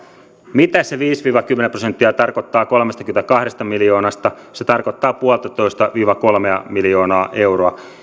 mitä se viisi viiva kymmenen prosenttia tarkoittaa kolmestakymmenestäkahdesta miljoonasta se tarkoittaa yksiviittä viiva kolmea miljoonaa euroa